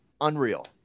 Unreal